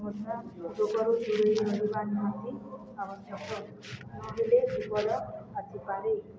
ମଶା ରୋଗରୁ ଦୁରେଇବା ନିହାତି ଆବଶ୍ୟକ ନହେଲେ ଆସିପାରେ